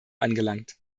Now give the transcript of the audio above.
angelangt